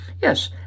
yes